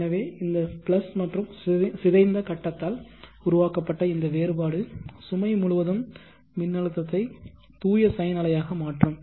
எனவே இந்த பிளஸ் மற்றும் சிதைந்த கட்டத்தால் உருவாக்கப்பட்ட இந்த வேறுபாடு சுமை முழுவதும் மின்னழுத்தத்தை தூய சைன் அலையாக மாற்றும்